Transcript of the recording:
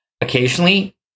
Occasionally